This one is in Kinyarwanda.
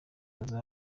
ariko